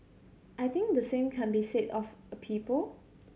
I think the same can be said of a people